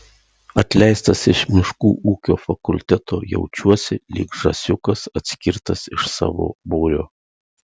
atleistas iš miškų ūkio fakulteto jaučiausi lyg žąsiukas atskirtas iš savo būrio